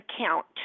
account